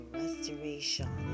restoration